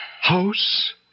House